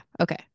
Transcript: Okay